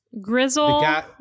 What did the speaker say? grizzle